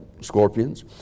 scorpions